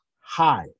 high